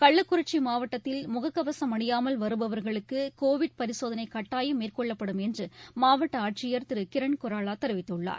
கள்ளக்குறிச்சி மாவட்டத்தில் முகக்கவசம் அணியாமல் வருபவர்களுக்கு கோவிட் பரிசோதனை கட்டயாம் மேற்கொள்ளப்படும் என்று மாவட்ட ஆட்சியர் திரு கிரண் குரலா தெரிவித்துள்ளார்